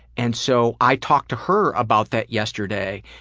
and so i talked to her about that yesterday,